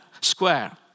square